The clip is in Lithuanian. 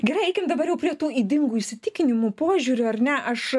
gerai eikim dabar jau prie tų ydingų įsitikinimų požiūrių ar ne aš